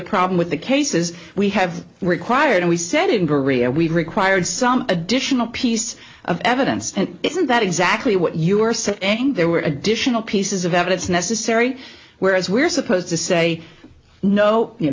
the problem with the cases we have required and we said in korea we required some additional piece of evidence and isn't that exactly what you're saying end there were additional pieces of evidence necessary whereas we're supposed to say no you